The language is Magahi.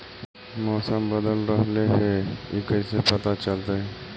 मौसम बदल रहले हे इ कैसे पता चलतै?